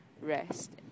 rest